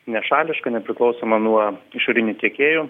nešališka nepriklausoma nuo išorinių tiekėjų